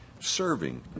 serving